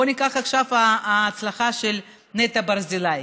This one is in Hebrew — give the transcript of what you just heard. בוא ניקח עכשיו את ההצלחה של נטע ברזילי.